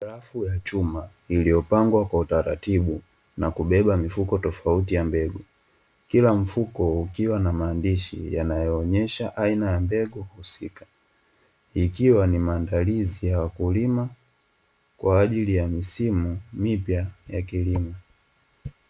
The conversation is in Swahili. Rafu ya chuma Iiiyopangwa kwa utaratibu na kubeba mifuko tofauti ya mbegu, kila mfuko ukiwa na maandishi yanayoonesha aina ya mbegu husika, ikiwa ni maandalizi ya wakulima kwa ajili ya misimu mipya ya kilimo.